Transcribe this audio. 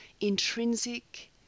intrinsic